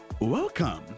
welcome